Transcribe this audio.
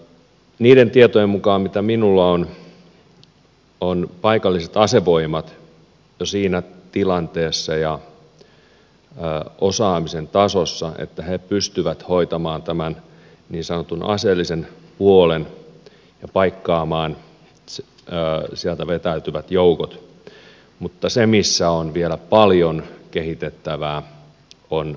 niiden tietojen mukaan mitä minulla on ovat paikalliset asevoimat jo siinä tilanteessa ja osaamisen tasossa että he pystyvät hoitamaan tämän niin sanotun aseellisen puolen ja paikkaamaan sieltä vetäytyvät joukot mutta se missä on vielä paljon kehitettävää on paikalliset poliisivoimat